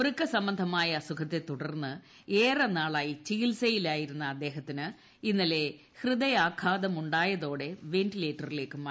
വൃക്ക സംബന്ധമായ അസുഖത്തെ തുടർന്ന് ഏറെനാളായി ചികിത്സയിലായിരുന്ന അദ്ദേഹത്തിന് ഇന്നലെ ഹൃദയാഘാതം ഉണ്ടായത്തോടെ വെന്റിലേറ്ററിലേക്ക് മാറ്റി